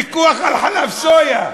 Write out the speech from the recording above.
פיקוח על חלב סויה.